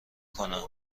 کنم